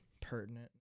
pertinent